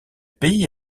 pays